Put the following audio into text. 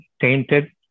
tainted